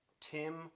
Tim